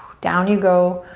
down you go.